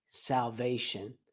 Salvation